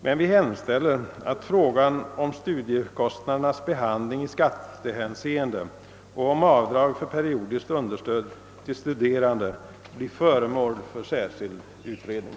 men vi hemställer att frågan om studiekostnadernas behandling i skattehänseende och frågan om rätt till avdrag för periodiskt understöd till studerande blir föremål för särskild utredning.